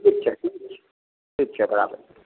ठीक छै ठीक छै ठीक छै बड़ा बढ़िआँ